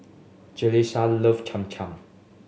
Jalissa love Cham Cham